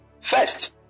first